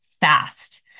fast